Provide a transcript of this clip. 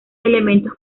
elementos